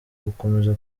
gukomeza